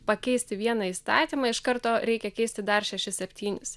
pakeisti vieną įstatymą iš karto reikia keisti dar šešis septynis